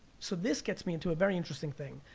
so this gets me into a very interesting thing.